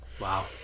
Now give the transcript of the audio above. Wow